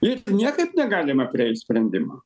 ir niekaip negalima prieit sprendimą